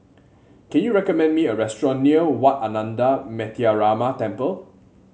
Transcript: can you recommend me a restaurant near Wat Ananda Metyarama Temple